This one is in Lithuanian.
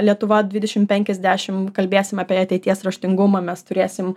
lietuva dvidešim penkiasdešim kalbėsim apie ateities raštingumą mes turėsim